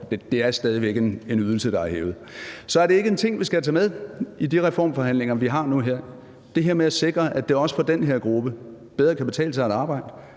at det stadig væk er en ydelse, der er hævet. Så er det ikke en ting, vi skal tage med i de reformforhandlinger, vi har nu og her, altså det her med at sikre, at det også for den her gruppe bedre kan betale sig at arbejde?